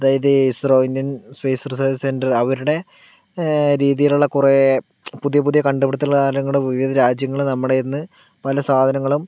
അതായത് ISRO Indian space research centre അവരുടെ രീതിയിലുള്ള കുറെ പുതിയ പുതിയ കണ്ടുപിടുത്തങ്ങള് കാര്യങ്ങളും വിവിധ രാജ്യങ്ങള് നമ്മടെന്ന് പല സാധനങ്ങളും